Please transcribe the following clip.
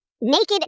naked